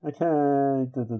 Okay